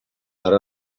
ara